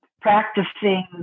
practicing